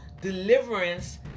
deliverance